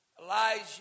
Elijah